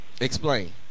Explain